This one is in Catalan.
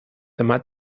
demà